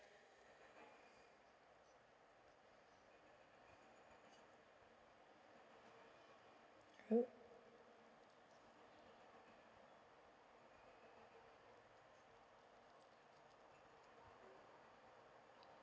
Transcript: mm